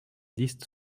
liste